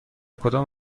کدام